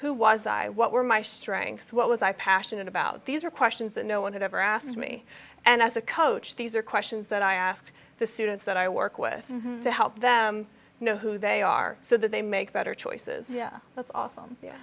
who was i what were my strengths what was i passionate about these are questions that no one had ever asked me and as a coach these are questions that i ask the students that i work with to help them know who they are so that they make better choices that's awesome